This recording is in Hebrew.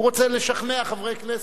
הוא רוצה לשכנע חברי כנסת.